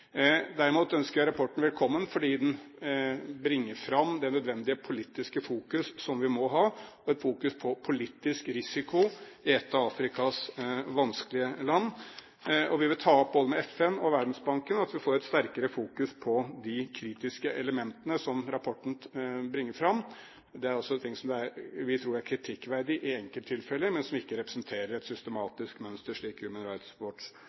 Derimot ønsker jeg rapporten velkommen fordi den bringer fram det nødvendige politiske fokus, som vi må ha, og et fokus på politisk risiko i et av Afrikas vanskelige land. Vi vil ta opp både med FN og Verdensbanken at vi må få et sterkere fokus på de kritiske elementene som rapporten bringer fram. Det er altså ting som vi tror er kritikkverdig i enkelttilfeller, men som ikke representerer et systematisk mønster, slik Human